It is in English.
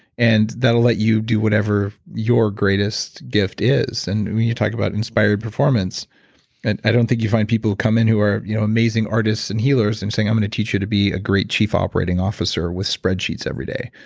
and that'll let you do whatever your greatest gift is and when you talk about inspired performance and i don't think you find people who come in who are you know amazing artists and healers and saying, i'm going to and teach you to be a great chief operating officer with spreadsheets every day.